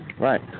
Right